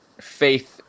faith